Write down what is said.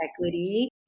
equity